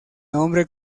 nombre